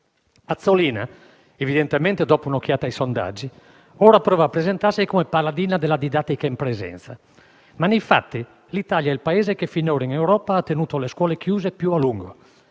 Azzolina, evidentemente dopo un'occhiata ai sondaggi, ora prova a presentarsi come paladina della didattica in presenza, ma, nei fatti, l'Italia è il Paese che finora in Europa ha tenuto le scuole chiuse più a lungo.